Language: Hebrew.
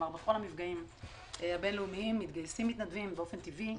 בכל המפגעים הבין-לאומיים מתגייסים מתנדבים באופן טבעי,